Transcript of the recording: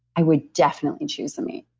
i would definitely choose the meat